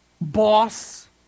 boss